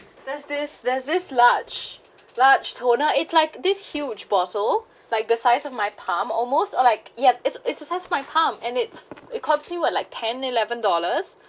there's this there's this large large toner it's like this huge bottle like the size of my palm almost or like ya it's it's a size of my palm and it's it cost you were like ten eleven dollars